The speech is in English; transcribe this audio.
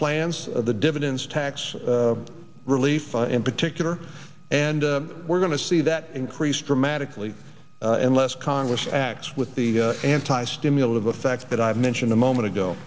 plans of the dividends tax relief in particular and we're going to see that increase dramatically unless congress acts with the anti stimulative effect that i've mentioned a moment ago